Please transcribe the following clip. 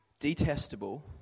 Detestable